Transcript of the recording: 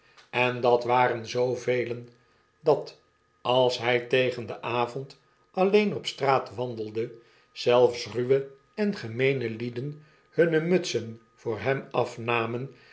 en dat waren zoovelen dat als hij tegen den avond alleen op straat waindelde zelfs ruwe en gemeene lieden hunne mutsen voor hem afnamen